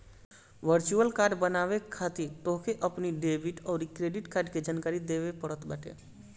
virtual card बनवावे खातिर तोहके अपनी डेबिट अउरी क्रेडिट कार्ड के जानकारी देवे के पड़त बाटे